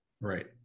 Right